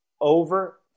over